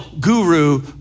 guru